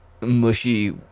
mushy